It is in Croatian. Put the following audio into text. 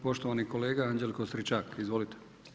Poštovani kolega Anđelko Stričak, izvolite.